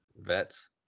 vets